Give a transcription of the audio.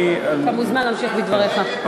אתה מוזמן להמשיך בדבריך.